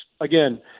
Again